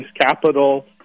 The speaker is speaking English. capital